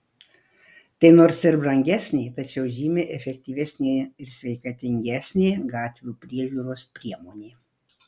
tai nors ir brangesnė tačiau žymiai efektyvesnė ir sveikatingesnė gatvių priežiūros priemonė